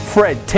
Fred